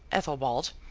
athelwold,